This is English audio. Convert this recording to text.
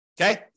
Okay